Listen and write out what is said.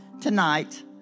tonight